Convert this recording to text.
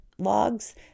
logs